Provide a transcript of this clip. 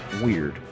weird